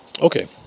Okay